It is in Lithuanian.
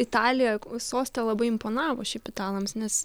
italija soste labai imponavo šiaip italams nes